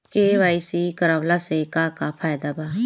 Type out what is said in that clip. KYC करवला से का का फायदा बा?